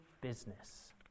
business